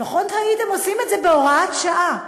לפחות הייתם עושים את זה בהוראת שעה.